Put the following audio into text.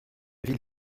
ville